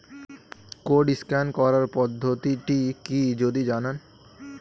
Code scan করার পদ্ধতিটি কি যদি জানান?